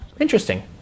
interesting